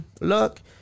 look